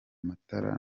matara